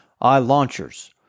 I-launchers